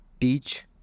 teach